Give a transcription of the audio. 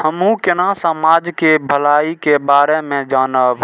हमू केना समाज के भलाई के बारे में जानब?